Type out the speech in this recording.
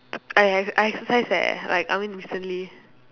I I exercise eh like I mean recently